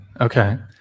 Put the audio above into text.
Okay